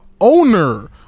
owner